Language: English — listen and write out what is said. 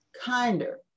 kinder